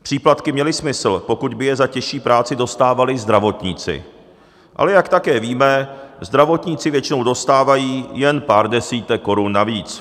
Příplatky měly smysl, pokud by je za těžší práci dostávali zdravotníci, ale jak také víme, zdravotníci většinou dostávají jen pár desítek korun navíc.